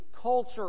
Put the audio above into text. culture